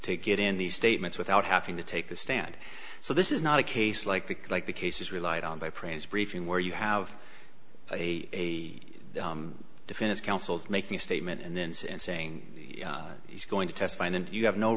to get in these statements without having to take the stand so this is not a case like the like the cases relied on by praise briefing where you have a defense counsel making a statement and then says and saying he's going to testify and you have no